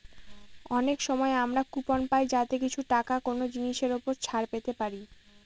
অনেক সময় আমরা কুপন পাই যাতে কিছু টাকা কোনো জিনিসের ওপর ছাড় পেতে পারি